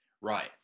Right